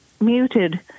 muted